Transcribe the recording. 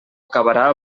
acabarà